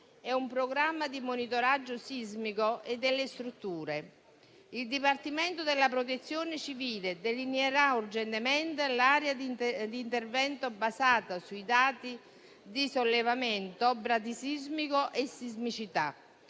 e un programma di monitoraggio sismico e delle strutture. Il Dipartimento della protezione civile delineerà urgentemente l'area di intervento basata sui dati di sollevamento bradisismico e sismicità.